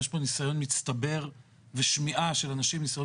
אבל יש פה ניסיון מצטבר ושמיעה של אנשים עם ניסיון